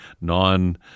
non